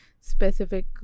specific